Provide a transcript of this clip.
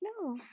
No